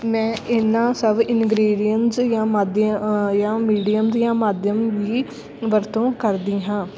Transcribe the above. ਮੈਂ ਇਨ੍ਹਾਂ ਸਭ ਇੰਨਗ੍ਰੀਅਨਸ ਜਾਂ ਮਾਧਿਅ ਜਾਂ ਮੀਡੀਅਮਸ ਜਾਂ ਮਾਧਿਅਮ ਦੀ ਵਰਤੋਂ ਕਰਦੀ ਹਾਂ